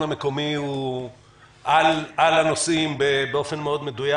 המקומי הוא על הנושאים באופן מדויק מאוד.